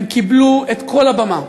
הם קיבלו את כל הבמה.